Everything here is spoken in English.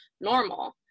normal